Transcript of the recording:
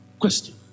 Question